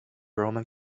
roman